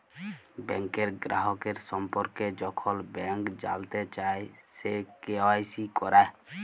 ব্যাংকের গ্রাহকের সম্পর্কে যখল ব্যাংক জালতে চায়, সে কে.ওয়াই.সি ক্যরা